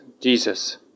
Jesus